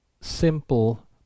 simple